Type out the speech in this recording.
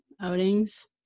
outings